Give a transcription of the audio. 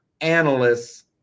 analysts